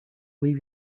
leave